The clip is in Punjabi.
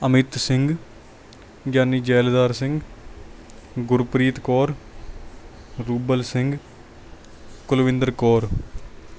ਅਮਿਤ ਸਿੰਘ ਗਿਆਨੀ ਜੈਲਦਾਰ ਸਿੰਘ ਗੁਰਪ੍ਰੀਤ ਕੌਰ ਰੂਬਲ ਸਿੰਘ ਕੁਲਵਿੰਦਰ ਕੌਰ